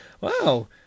Wow